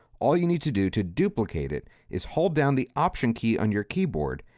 all you need to do to duplicate it is hold down the option key on your keyboard,